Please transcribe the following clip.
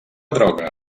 droga